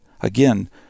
Again